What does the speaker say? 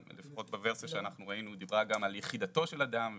לפחות בוורסיה שאנחנו ראינו היא דיברה גם על יחידתו של אדם וכדומה,